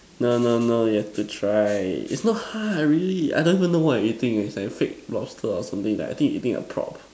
no no no you try it's not hard really I don't even know what I'm eating it's like fake lobster or something that I think eating a prop